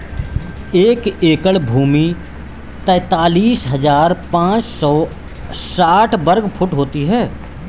एक एकड़ भूमि तैंतालीस हज़ार पांच सौ साठ वर्ग फुट होती है